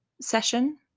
session